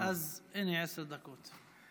אז הינה, עשר דקות.